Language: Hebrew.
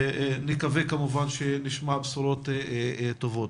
נקווה כמובן שנשמע בעניין זה בשורות טובות.